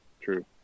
True